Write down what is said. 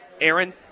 Aaron